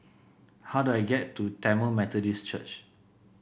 how do I get to Tamil Methodist Church